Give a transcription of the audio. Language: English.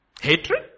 Hatred